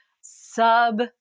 sub